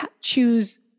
choose